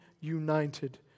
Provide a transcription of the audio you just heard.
united